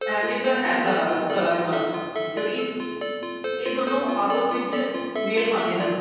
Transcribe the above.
ਅਹਿਮੀਅਤ ਹੈ ਕਲਾ ਦੇ ਕਲਾ ਦੇ ਨਾਲ ਕਿਉਂਕਿ ਇਹ ਦੋਨੋਂ ਆਪਸ ਵਿੱਚ ਮੇਲ ਖਾਂਦੇ ਹਨ